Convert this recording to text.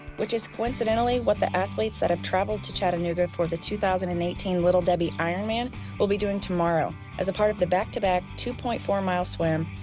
which is coincidentally what the athletes that have traveled to chattanooga for the two thousand and eighteen little debbie ironman will be doing tomorrow as a part of the back-to-back two point four mile swim,